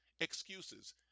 excuses